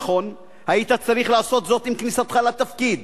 נכון, היית צריך לעשות זאת עם כניסתך לתפקיד,